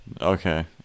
Okay